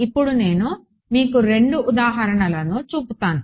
ఇప్పుడు నేను మీకు రెండు ఉదాహరణలను చూపుతాను